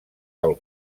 del